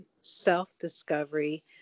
self-discovery